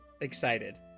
excited